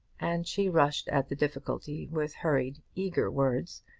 and she rushed at the difficulty with hurried, eager words,